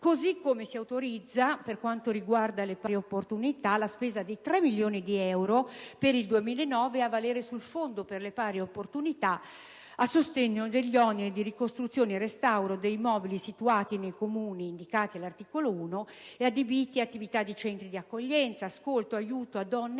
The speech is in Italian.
Così come si autorizza, per quanto riguarda le pari opportunità, la spesa di 3 milioni di euro per il 2009 a valere sul Fondo per le pari opportunità, a sostegno degli oneri di ricostruzione, restauro di immobili situati nei Comuni indicati all'articolo 1 e adibiti ad attività di centri di accoglienza, ascolto e aiuto a donne